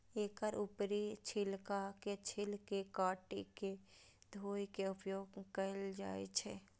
एकर ऊपरी छिलका के छील के काटि के धोय के उपयोग कैल जाए छै